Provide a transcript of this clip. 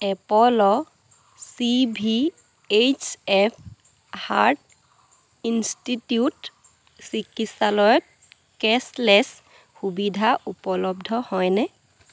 Apollo C V H F heart institute চিকিৎসালয়ত কেছলেছ সুবিধা উপলব্ধ হয়নে